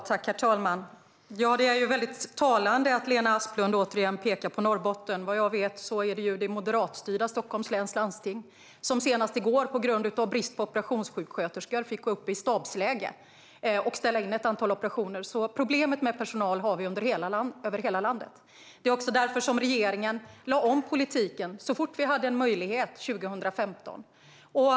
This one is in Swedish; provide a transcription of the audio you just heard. Herr talman! Det är ju väldigt talande att Lena Asplund återigen pekar på Norrbotten. Såvitt jag vet var det ju det moderatstyrda Stockholms läns landsting som senast i går, på grund av brist på operationssjuksköterskor, fick gå upp i stabsläge och ställa in ett antal operationer. Problem med personal har man över hela landet. Det var också därför som regeringen, så fort som vi hade en möjlighet 2015, lade om politiken.